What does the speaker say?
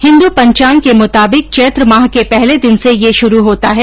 हिन्दू पांचांग के मुताबिक चैत्र माह के पहले दिन से यह शुरू होता है